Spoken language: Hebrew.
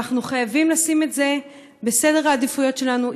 ואנחנו חייבים לשים את זה בסדר העדיפויות שלנו.